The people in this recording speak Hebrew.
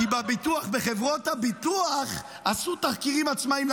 כי בחברות הביטוח עשו תחקירים עצמאיים.